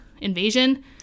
Invasion